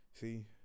see